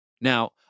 Now